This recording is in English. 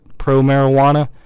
pro-marijuana